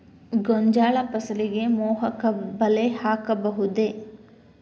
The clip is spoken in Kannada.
ಗೋಂಜಾಳ ಫಸಲಿಗೆ ಮೋಹಕ ಬಲೆ ಹಾಕಬಹುದೇ?